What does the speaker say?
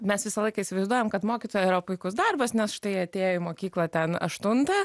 mes visą laiką įsivaizduojam kad mokytojo yra puikus darbas nes štai atėjo į mokyklą ten aštuntą